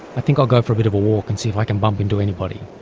i think i'll go for a bit of a walk and see if i can bump into anybody.